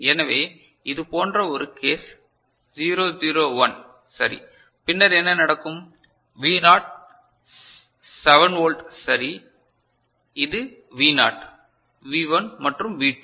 எனவே இது போன்ற ஒரு கேஸ் 0 0 1 சரி பின்னர் என்ன நடக்கும் V0 7 வோல்ட் சரி இது வி நாட் வி 1 மற்றும் வி 2